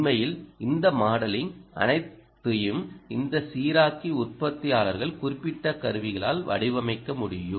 உண்மையில் இந்த மாடலிங் அனைத்தையும் இந்த சீராக்கி உற்பத்தியாளர்கள் குறிப்பிட்ட கருவிகளால் வடிவமைக்க முடியும்